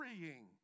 worrying